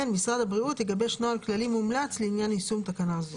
משרד הבריאות יגבש נוהל כללי מומלץ לעניין יישום תקנה זו.